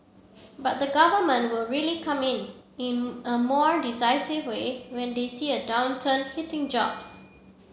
but the government will really come in in a more decisive way when they see a downturn hitting jobs